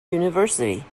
university